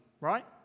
right